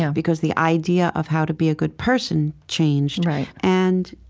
yeah because the idea of how to be a good person changed right and,